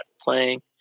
playing